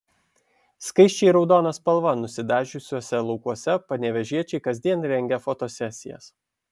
skaisčiai raudona spalva nusidažiusiuose laukuose panevėžiečiai kasdien rengia fotosesijas